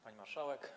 Pani Marszałek!